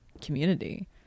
community